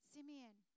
Simeon